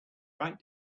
right